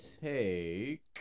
take